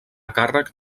càrrec